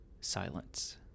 silence